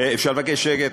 אפשר לבקש שקט?